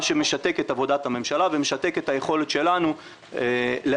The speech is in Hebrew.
מה שמשתק את עבודת הממשלה ומשתק את היכולת שלנו לאזן